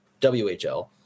WHL